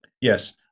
yes